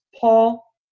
Paul